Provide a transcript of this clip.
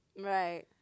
Right